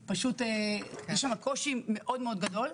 יש שם קושי מאוד גדול.